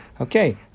Okay